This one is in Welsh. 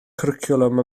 cwricwlwm